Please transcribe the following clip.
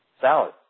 salad